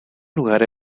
lugar